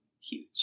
huge